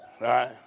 right